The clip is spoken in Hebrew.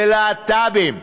ללהט"בים,